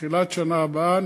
תחילת שנה הבאה,